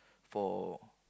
for